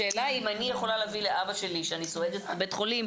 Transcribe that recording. השאלה היא האם אני יכולה להביא לאבא שלי שאני סועדת אותו בבית החולים